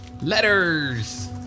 Letters